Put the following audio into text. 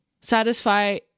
satisfy